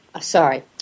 Sorry